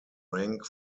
rank